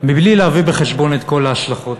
מבלי להביא בחשבון את כל ההשלכות.